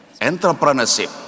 entrepreneurship